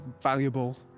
valuable